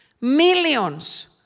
millions